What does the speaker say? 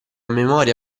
memoria